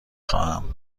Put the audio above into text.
خواهم